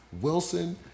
Wilson